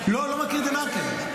לא מכיר דה מרקר,